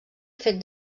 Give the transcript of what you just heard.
fet